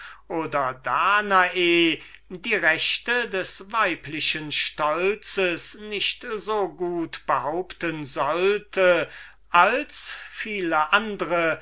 oder wenn danae die rechte des weiblichen stolzes nicht so gut behaupten sollte als viele andre